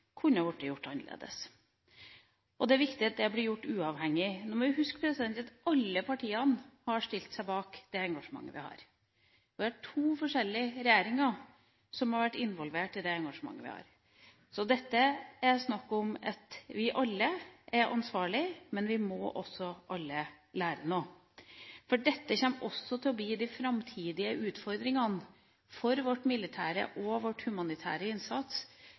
kunne vært gjort annerledes, og det er viktig at det blir gjort uavhengig. Vi må huske at alle partiene har stilt seg bak det engasjementet vi har. Vi har hatt to forskjellige regjeringer som har vært involvert i det engasjementet vi har. Her er det snakk om at vi alle er ansvarlige, men vi må også alle lære noe, for dette kommer også til å bli de framtidige utfordringene. Når det gjelder vår militære og humanitære innsats,